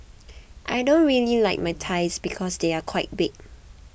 I don't really like my thighs because they are quite big